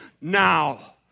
now